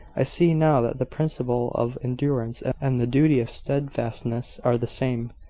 i see now that the principle of endurance and the duty of steadfastness are the same,